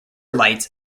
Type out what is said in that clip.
lights